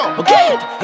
okay